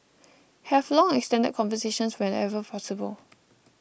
have long extended conversations wherever possible